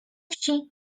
wsi